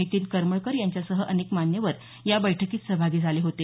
नितीन करमळकर यांच्यासह अनेक मान्यवर या बैठकीत सहभागी झाले होते